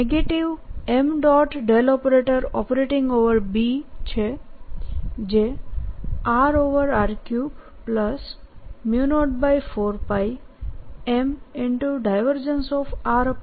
Bઓપરેટિંગ છે જે rr3 04πm